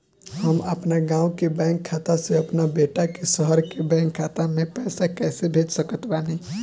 हम अपना गाँव के बैंक खाता से अपना बेटा के शहर के बैंक खाता मे पैसा कैसे भेज सकत बानी?